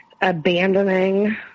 abandoning